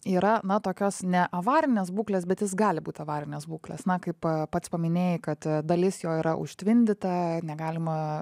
yra na tokios ne avarinės būklės bet jis gali būt avarinės būklės na kaip pats paminėjai kad dalis jo yra užtvindyta negalima